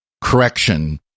correction